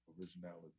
originality